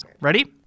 Ready